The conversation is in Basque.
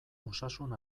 osasun